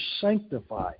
sanctify